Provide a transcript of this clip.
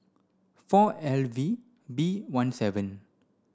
four L V B one seven